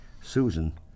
Susan